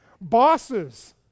Bosses